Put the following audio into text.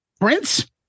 Prince